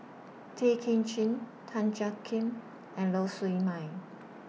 Tay Kay Chin Tan Jiak Kim and Lau Siew Mei